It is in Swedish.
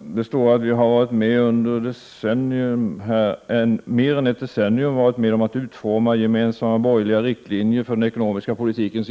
Det står att vi under mer än ett decennium har varit med om att utforma gemensamma borgerliga riktlinjer för den ekonomiska politiken.